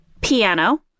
piano